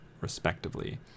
respectively